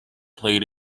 played